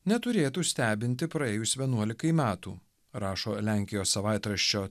neturėtų stebinti praėjus vienuolikai metų rašo lenkijos savaitraščio